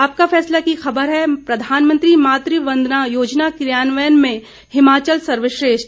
आपका फैसला की खबर है प्रधानमंत्री मातृ वंदना योजना कियान्वयन में हिमाचल सर्वश्रेष्ठ